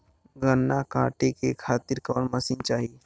गन्ना कांटेके खातीर कवन मशीन चाही?